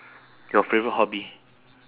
your favourite hobby